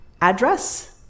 address